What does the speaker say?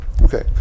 Okay